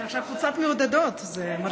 יש לי עכשיו קבוצת מעודדות, זה מרשים.